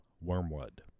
wormwood